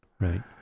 Right